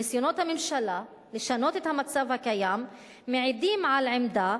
ניסיונות הממשלה לשנות את המצב הקיים מעידים על עמדה